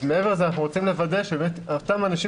אז מעבר לזה אנחנו רוצים לוודא שבאמת אותם אנשים